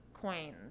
coins